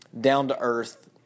down-to-earth